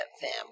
family